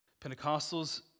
Pentecostals